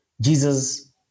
Jesus